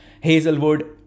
hazelwood